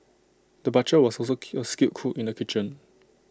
the butcher was also A skilled cook in the kitchen